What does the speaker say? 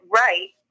right